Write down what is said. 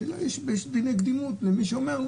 השאלה אם יש לו קדימות מול מי שאומר,